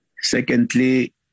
Secondly